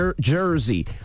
Jersey